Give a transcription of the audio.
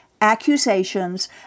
accusations